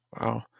Wow